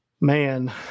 Man